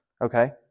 okay